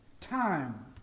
time